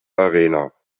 arena